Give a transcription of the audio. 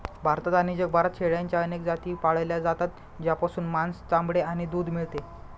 भारतात आणि जगभरात शेळ्यांच्या अनेक जाती पाळल्या जातात, ज्यापासून मांस, चामडे आणि दूध मिळते